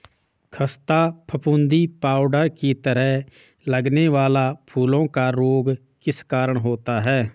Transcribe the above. खस्ता फफूंदी पाउडर की तरह लगने वाला फूलों का रोग किस कारण होता है?